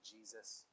Jesus